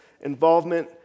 involvement